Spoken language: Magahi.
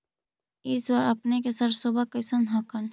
इस बार अपने के सरसोबा कैसन हकन?